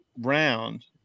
round